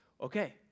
okay